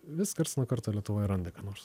vis karts nuo karto lietuvoj randa ką nors